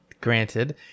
granted